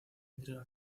intriga